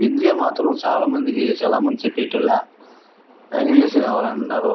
విద్య మాత్రం చాలామందికి చాలామంది చెప్పేటి వాళ్ళు ఇంగ్లీషు కావాలంటున్నారు